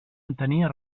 entenia